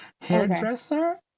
hairdresser